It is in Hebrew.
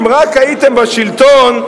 אם רק הייתם בשלטון,